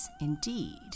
indeed